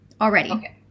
already